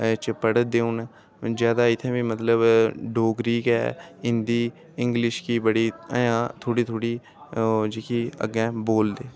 एह्दे च पढ़ा दा हून जादा इत्थै बी मतलब डोगरी गै हिन्दी इंगलिश गी बड़ी अजें थोह्ड़ी थोह्ड़ी जेह्की अग्गै बोलदे